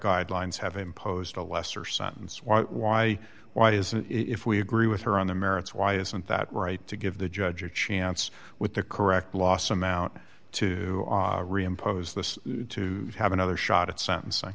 guidelines have imposed a lesser sentence why why why does if we agree with her on the merits why isn't that right to give the judge a chance with the correct loss amount to reimpose this to have another shot at sentencing